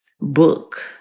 book